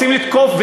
רוצים לתקוף,